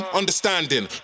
understanding